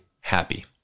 happy